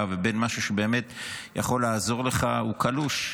ובין משהו שבאמת יכול לעזור לך הוא קלוש.